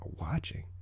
watching